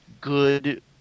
good